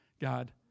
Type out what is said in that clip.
God